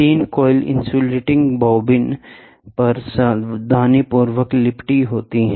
3 coil insulating bobbin पर सावधानीपूर्वक लिपटी होती हैं